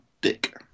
dick